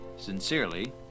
Sincerely